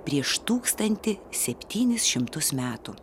prieš tūkstantį septynis šimtus metų